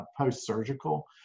post-surgical